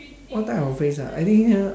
what type of phrase ah I think ah